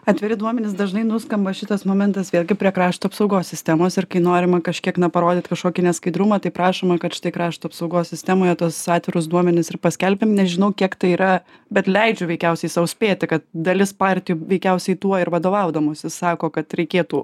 atviri duomenys dažnai nuskamba šitas momentas vėlgi prie krašto apsaugos sistemos ir kai norima kažkiek na parodyt kažkokį neskaidrumą tai prašoma kad štai krašto apsaugos sistemoje tuos atvirus duomenis ir paskelbkim nežinau kiek tai yra bet leidžiu veikiausiai sau spėti kad dalis partijų veikiausiai tuo ir vadovaudamosi sako kad reikėtų